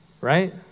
right